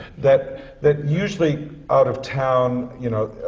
that that usually, out of town, you know,